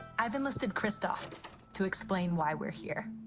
i've enlisted christophe to explain why we're here.